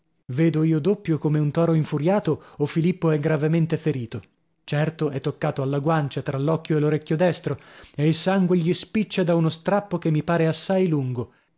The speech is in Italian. vedo io doppio come un toro infuriato o filippo è gravemente ferito certo è toccato alla guancia tra l'occhio e l'orecchio destro e il sangue gli spiccia da uno strappo che mi pare assai lungo